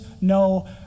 no